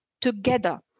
together